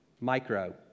Micro